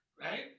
Right